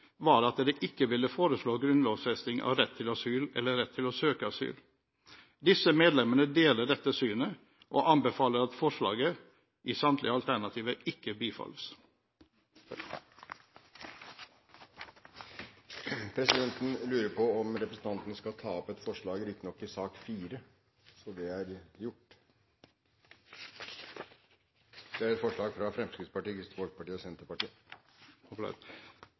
var at det ikke ville foreslå grunnlovfesting av rett til asyl eller rett til å søke asyl. Disse medlemmene deler dette synet og anbefaler at forslaget, samtlige alternativer, ikke bifalles. Presidenten lurer på om representanten skal ta opp et forslag, riktignok i sak nr. 4, så det er gjort. Det er et forslag fra Fremskrittspartiet, Kristelig Folkeparti og Senterpartiet.